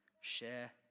share